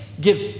give